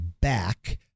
back